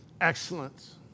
excellence